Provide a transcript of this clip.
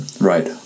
Right